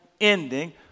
ending